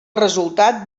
resultat